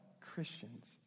Christians